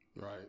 Right